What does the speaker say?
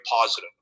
positive